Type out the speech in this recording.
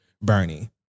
Bernie